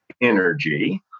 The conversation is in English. energy